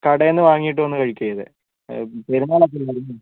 കടയിൽ നിന്ന് വാങ്ങിയിട്ട് വന്ന് കഴിക്കുവാണ് ചെയ്തത് പെരുന്നാൾ ഒക്കെ അല്ലായിരുന്നോ